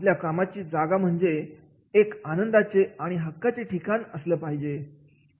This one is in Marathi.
आपल्या कामाची जागा म्हणजे संस्था एक आनंदाचे आणि हक्काचे ठिकाण असलं पाहिजे